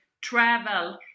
travel